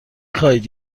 خواهید